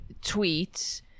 tweets